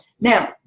Now